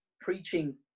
preaching